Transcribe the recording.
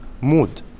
mood